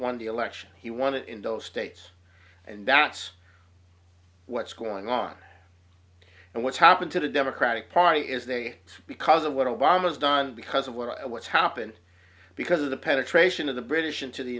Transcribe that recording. day election he wanted in those states and that's what's going on and what's happened to the democratic party is that because of what obama has done because of what i what's happened because of the penetration of the british into the